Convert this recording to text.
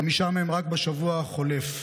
חמישה מהם רק בשבוע החולף.